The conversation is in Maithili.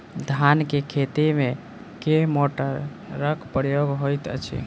धान केँ खेती मे केँ मोटरक प्रयोग होइत अछि?